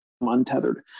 untethered